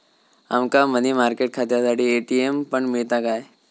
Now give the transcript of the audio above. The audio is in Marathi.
आमका मनी मार्केट खात्यासाठी ए.टी.एम पण मिळता काय?